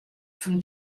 from